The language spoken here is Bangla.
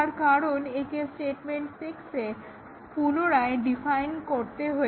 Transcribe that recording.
কারণ একে স্টেটমেন্ট 6 এ পুনরায় ডিফাইন করা হয়েছে